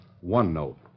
one-note